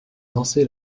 dansé